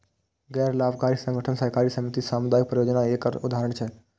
गैर लाभकारी संगठन, सहकारी समिति, सामुदायिक परियोजना एकर उदाहरण छियै